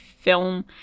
film